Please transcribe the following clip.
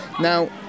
Now